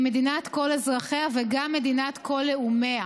מדינת כל אזרחיה וגם מדינת כל לאומיה.